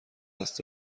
دست